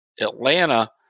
atlanta